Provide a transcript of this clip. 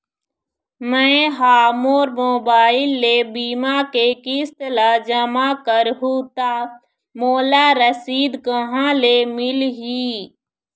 मैं हा मोर मोबाइल ले बीमा के किस्त ला जमा कर हु ता मोला रसीद कहां ले मिल ही?